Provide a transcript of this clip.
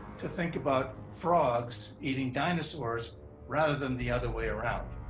to think about frogs, eating dinosaurs rather than the other way around. it